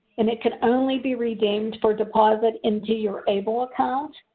and it can only be redeemed for deposit into your able account,